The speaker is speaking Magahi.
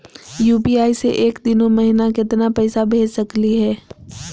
यू.पी.आई स एक दिनो महिना केतना पैसा भेज सकली हे?